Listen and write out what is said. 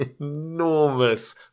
enormous